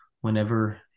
whenever